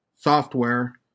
software